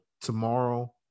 tomorrow